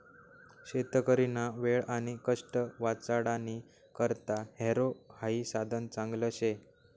शेतकरीना वेळ आणि कष्ट वाचाडानी करता हॅरो हाई साधन चांगलं शे